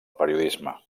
periodisme